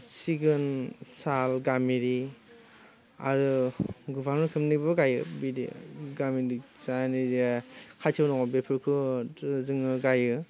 सिगुन साल गाम्बारि आरो गोबां रोखोमनिबो गायो बिदि गामिनि जोंहानि जे खाथियाव दङ बोफोरखौ जोङो गायो